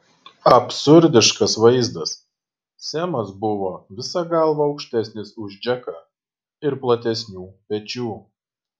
absurdiškas vaizdas semas buvo visa galva aukštesnis už džeką ir platesnių pečių